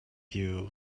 you